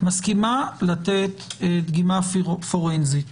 מסכימה לתת דגימה פורנזית